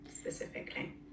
specifically